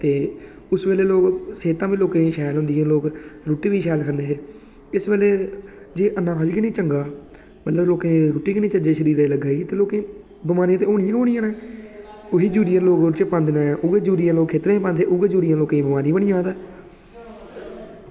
उस बेल्ले दे लोग सेह्तां बी लोकें दियां शैल होंदियां हियां ते रुट्टी बी शैल खंदे हे ते सबेरै ते अन्न खागे नी चंगा ते अगर लोकें गी रुट्टी निं चज्जै सिर थ्होआ दी ते लोकें बमारियां ते होनियां गै होनियां न ते ओह् यूरिया लोग ओह्दे ई पांदे न ते उऐ यूरिया लोकें गी बमारी बनदा जा करदा